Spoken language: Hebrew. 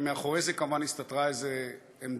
מאחורי זה כמובן הסתתרה עמדה